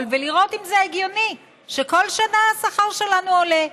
ולראות אם זה הגיוני שכל שנה השכר שלנו עולה.